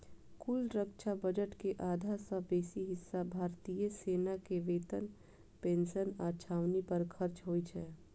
कुल रक्षा बजट के आधा सं बेसी हिस्सा भारतीय सेना के वेतन, पेंशन आ छावनी पर खर्च होइ छै